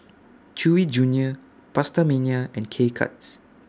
Chewy Junior PastaMania and K Cuts